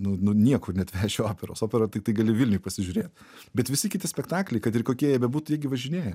nu nu niekur neatvešiu operos operą tiktai gali vilniuj pasižiūrėt bet visi kiti spektakliai kad ir kokie jie bebūtų jie gi važinėja